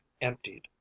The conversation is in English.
emptied